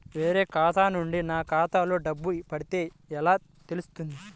వేరే ఖాతా నుండి నా ఖాతాలో డబ్బులు పడితే ఎలా తెలుస్తుంది?